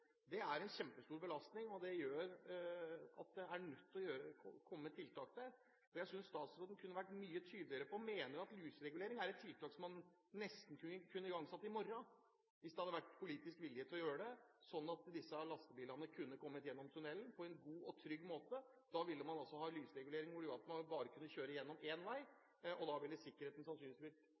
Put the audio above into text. Det er en kjempestor belastning, og det gjør at det er nødt til å komme tiltak der. Jeg synes statsråden kunne vært mye tydeligere. Jeg mener at lysregulering er et tiltak som man nesten kunne igangsatt i morgen hvis det hadde vært politisk vilje til å gjøre det, slik at disse lastebilene kunne kommet gjennom tunnelen på en god og trygg måte. Da ville man ha en lysregulering som gjorde at man bare kunne kjøre igjennom én vei, og da ville